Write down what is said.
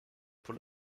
pour